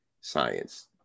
science